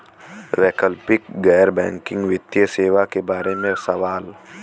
वैकल्पिक गैर बैकिंग वित्तीय सेवा के बार में सवाल?